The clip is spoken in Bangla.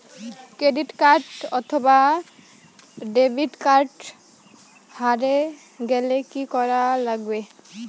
ক্রেডিট কার্ড অথবা ডেবিট কার্ড হারে গেলে কি করা লাগবে?